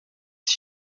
tea